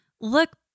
look